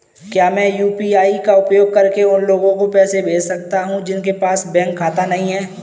क्या मैं यू.पी.आई का उपयोग करके उन लोगों को पैसे भेज सकता हूँ जिनके पास बैंक खाता नहीं है?